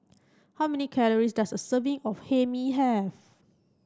how many calories does a serving of Hae Mee have